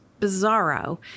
bizarro